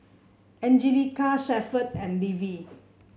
Anjelica Shepherd and Levie